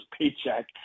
paycheck